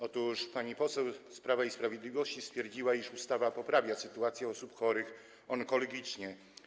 Otóż pani poseł z Prawa i Sprawiedliwości stwierdziła, iż ustawa poprawia sytuację osób chorych onkologicznie.